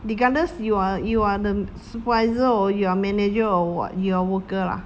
regardless you are you are the supervisor or you are manager or what you are worker lah